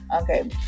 Okay